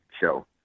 show